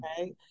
right